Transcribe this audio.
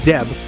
Deb